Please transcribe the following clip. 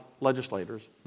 legislators